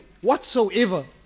whatsoever